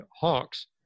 hawks